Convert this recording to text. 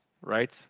right